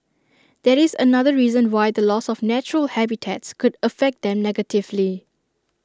that is another reason why the loss of natural habitats could affect them negatively